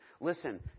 Listen